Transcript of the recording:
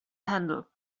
handle